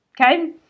Okay